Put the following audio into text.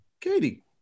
Katie